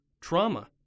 trauma